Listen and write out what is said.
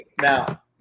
now